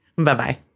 Bye-bye